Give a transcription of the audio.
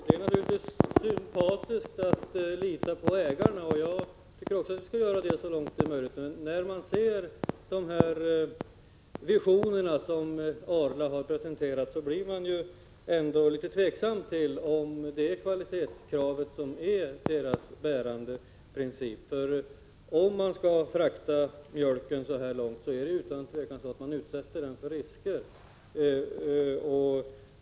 Herr talman! Det var sympatiskt när jordbruksministern sade att man skall lita på ägare. Jag tycker också att vi skall göra det så långt som möjligt. Men när man tar del av de visioner som Arla har presenterat blir man litet tveksam till om kvalitetskravet är Arlas bärande princip. Om man skall frakta mjölken långt utsätter man den utan tvivel för risker.